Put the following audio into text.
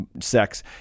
sex